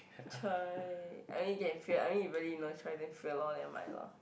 !choy! I mean you can fail I mean if really no choice then fail lor never mind lor